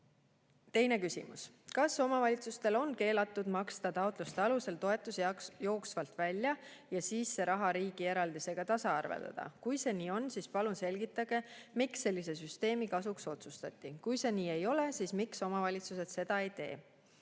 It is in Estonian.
Teine küsimus: "Kas omavalitsustel on keelatud maksta taotluste alusel toetusi jooksvalt välja ja siis see raha riigi eraldisega tasaarveldada? Kui see nii on, siis palun selgitage, miks sellise süsteemi kasuks otsustati? Kui see nii ei ole, siis miks omavalitsused seda ei tee?"